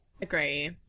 agree